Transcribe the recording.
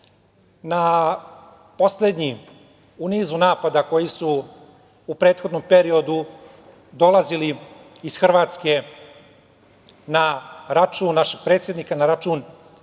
na poslednji u nizu napada koji su u prethodnom periodu dolazili iz Hrvatske na račun našeg predsednika, na račun naše